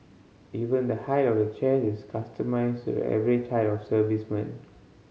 even the height of the chairs is customised average height of servicemen